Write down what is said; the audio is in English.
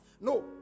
no